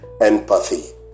empathy